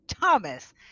Thomas